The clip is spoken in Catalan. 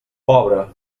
pobre